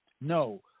No